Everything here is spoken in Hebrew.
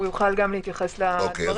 שיוכל להתייחס לדברים.